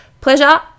Pleasure